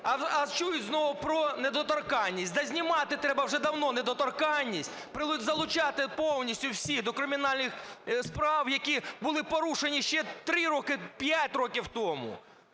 а чують знову про недоторканність. Та знімати треба вже давно недоторканність, залучати повністю всіх до кримінальних справ, які були порушені ще 3 роки, 5 років тому